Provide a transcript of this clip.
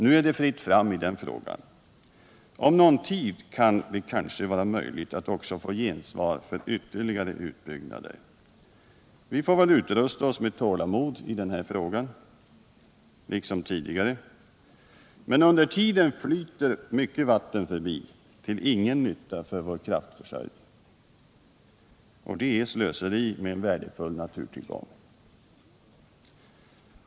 Nu är det fritt fram i den frågan. Om någon tid kan det kanske vara möjligt att också få gensvar för ytterligare utbyggnader. Vi får väl liksom tidigare utrusta oss med tålamod i denna fråga. Men under tiden flyter mycket vatten förbi till ingen nytta för vår kraftförsörjning. Det är slöseri med en värdefull naturtillgång.